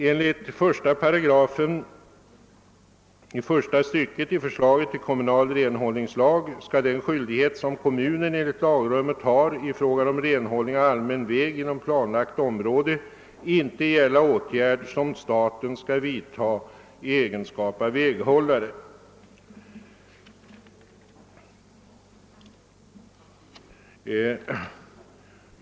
Enligt första stycket i 1 8 i förslaget till kommunal renhållningslag skall den skyldighet som kommunen enligt lagrummet har i fråga om renhållning av allmän väg inom planlagt område inte gälla åtgärd som staten skall vidta i egenskap av väghållare.